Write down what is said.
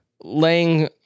laying